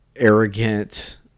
arrogant